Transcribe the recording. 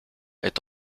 est